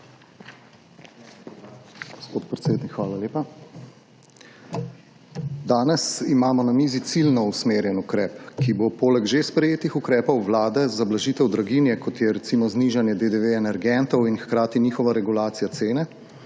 Danes imamo na mizi ciljno usmerjen ukrep, ki bo poleg že sprejetih ukrepov Vlade za blažitev draginje kot je recimo znižanje DDV energentov in hkrati njihova regulacija cene,